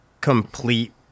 complete